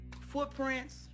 footprints